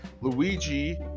Luigi